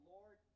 Lord